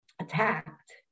attacked